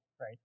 right